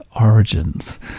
origins